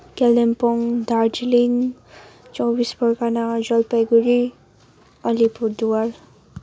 Kalimpong Darjeeling Chaubis Pargana Jalpaiguri Alipurduar